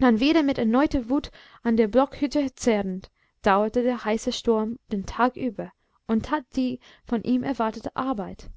dann wieder mit erneuter wut an der blockhütte zerrend dauerte der heiße sturm den tag über und tat die von ihm erwartete arbeit